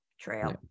trail